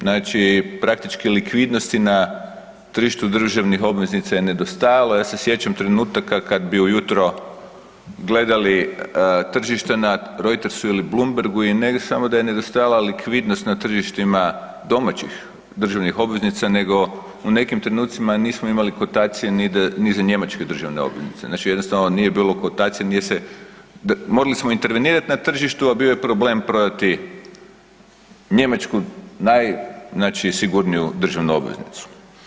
Znači, praktički likvidnosti na tržištu državnih obveznica je nedostajalo, ja se sjećam trenutaka kad bi ujutro gledali tržišta na Reutersu ili Bloombergu i ne samo da je nedostajala likvidnost na tržištima domaćih državnih obveznica, nego u nekim trenucima nismo imali kotacije ni za njemačke državne obveznice, znači jednostavno nije bilo kotacije, morali smo intervenirati na tržištu a bio je problem prodati njemačku, naj znači sigurniju državnu obveznicu.